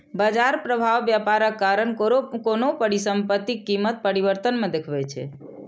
बाजार प्रभाव व्यापारक कारण कोनो परिसंपत्तिक कीमत परिवर्तन मे देखबै छै